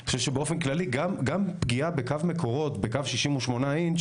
אני חושב שגם פגיעה בקו מקורות של 68 אינץ'